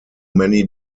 many